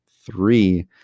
three